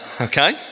Okay